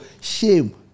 Shame